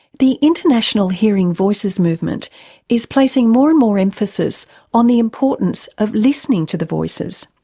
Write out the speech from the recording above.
the international hearing voices movement is placing more and more emphasis on the importance of listening to the voices.